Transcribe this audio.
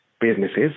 businesses